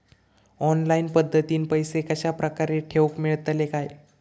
Online पद्धतीन पैसे कश्या प्रकारे ठेऊक मेळतले काय?